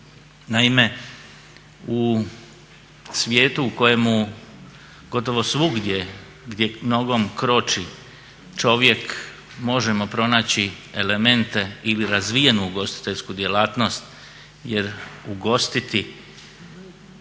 Naime, u svijetu u kojemu gotovo svugdje gdje nogom kroči čovjek možemo pronaći elemente ili razvijenu ugostiteljsku djelatnost jer ugostiti